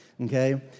okay